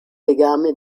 legame